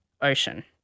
ocean